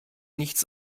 nichts